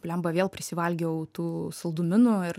bliamba vėl prisivalgiau tų saldumynų ir